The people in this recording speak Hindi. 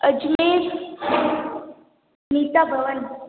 अजमेर गीता भवन